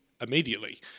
immediately